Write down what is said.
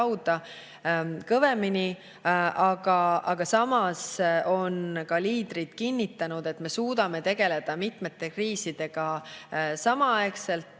esile]. Aga samas on liidrid kinnitanud, et me suudame tegeleda mitmete kriisidega samaaegselt,